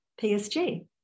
PSG